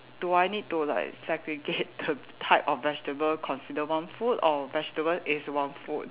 do I need to like segregate the type of vegetable consider one food or vegetable is one food